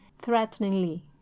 threateningly